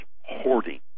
hoarding